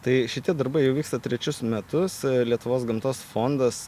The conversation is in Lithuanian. tai šitie darbai jau vyksta trečius metus lietuvos gamtos fondas